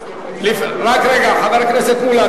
רק רגע, חבר הכנסת מולה.